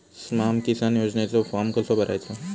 स्माम किसान योजनेचो फॉर्म कसो भरायचो?